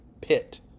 pit